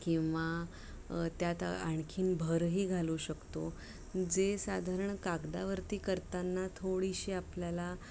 किंवा त्यात आणखीन भरही घालू शकतो जे साधारण कागदावरती करताना थोडीशी आपल्याला